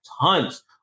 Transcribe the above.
tons